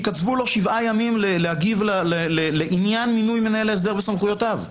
שייקצבו לו 7 ימים להגיב לעניין מינוי מנהל ההסדר וסמכויותיו.